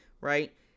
right